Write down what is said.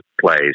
place